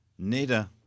Neda